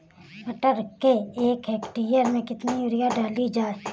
मटर के एक हेक्टेयर में कितनी यूरिया डाली जाए?